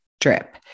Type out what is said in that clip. drip